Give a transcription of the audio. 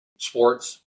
Sports